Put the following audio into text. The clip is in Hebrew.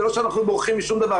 ולא שאנחנו בורחים משום דבר,